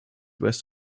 west